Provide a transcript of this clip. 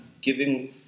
giving